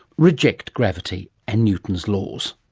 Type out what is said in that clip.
reject gravity and newton's laws.